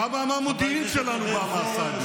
כמה מהמודיעין שלנו בא מהסייבר,